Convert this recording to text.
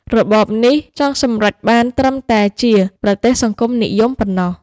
របបនេះចង់សម្រេចបានត្រឹមតែជា "ប្រទេសសង្គមនិយម" ប៉ុណ្ណោះ។